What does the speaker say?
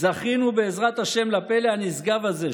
"זכינו בעזרת השם לפלא הנשגב הזה,